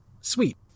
Sweet